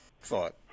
thought